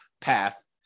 path